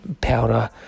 powder